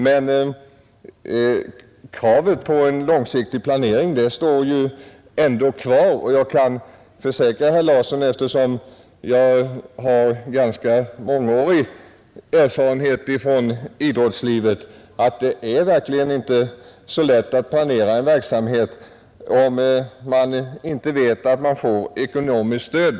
Men kravet på en långsiktig planering står kvar, och jag kan försäkra herr Larsson, eftersom jag har mångårig erfarenhet från idrottslivet, att det verkligen inte är så lätt att planera en verksamhet om man inte vet att man får ekonomiskt stöd.